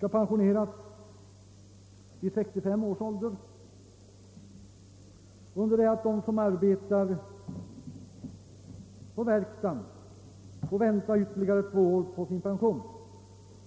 pensioneras vid 65 års ålder medan de som arbetar i verkstaden får vänta ytterligare två år på sin pension.